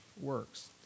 works